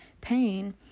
pain